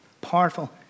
Powerful